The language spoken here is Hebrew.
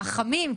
החמין,